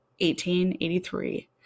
1883